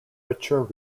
richer